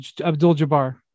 Abdul-Jabbar